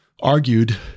argued